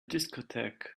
discotheque